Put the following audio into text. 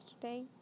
today